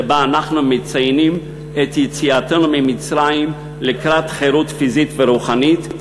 שבה אנחנו מציינים את יציאתנו ממצרים לקראת חירות פיזית ורוחנית,